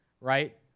right